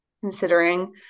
considering